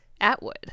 Atwood